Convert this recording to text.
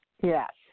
Yes